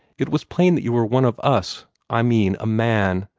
it was plain that you were one of us i mean a man,